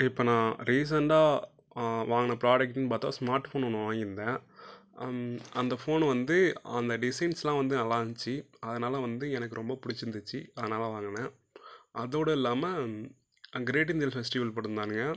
இப்போ நான் ரீசெண்டாக வாங்கின ப்ரோடக்ட்டுன்னு பார்த்தா ஸ்மார்ட் ஃபோனு ஒன்று வாங்கியிருந்தேன் அம் அந்த ஃபோனு வந்து அந்த டிசைன்ஸ்லாம் வந்து நல்லாருந்துச்சி அதனால் வந்து எனக்கு ரொம்ப பிடிச்சிருந்துச்சி அதனால வாங்கினேன் அதோடு இல்லாமல் கிரேட் இந்தியல் ஃபெஸ்டிவல் போட்டுருந்தானுங்க